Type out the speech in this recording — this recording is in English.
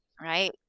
right